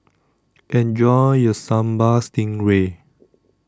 Enjoy your Sambal Stingray